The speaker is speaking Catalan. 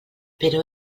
però